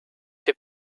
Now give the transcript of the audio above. fait